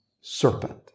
serpent